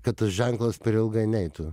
kad tas ženklas per ilgai neitų